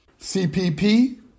CPP